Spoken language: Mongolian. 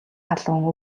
халуун